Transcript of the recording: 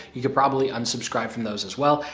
you could probably unsubscribe from those as well.